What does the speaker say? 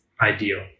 ideal